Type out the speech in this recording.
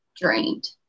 drained